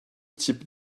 types